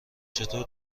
چطور